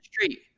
street